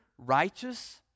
righteous